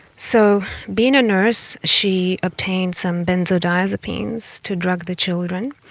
so, being a nurse, she obtained some benzodiazepines to drug the children,